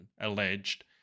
alleged